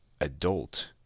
adult